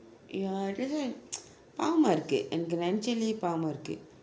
ya that's why பாவமாக இருக்குது எனக்கு நினைத்தாலே பாவமாக இருக்குது:pavamaka irukuthu ennaku ninaithalae pavamaka irukuthu